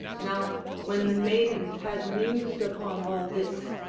now when the maiden had mused upon all this,